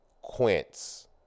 quince